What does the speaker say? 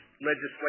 legislation